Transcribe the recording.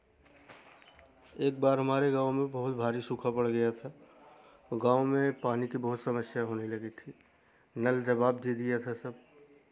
एक बार हमारे गाँव में बहुत भारी सूखा पड़ गया था गाँव में पानी की बहुत समस्या होने लगी थी नल जवाब दे दिया था सब